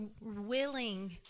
willing